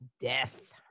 death